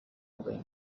away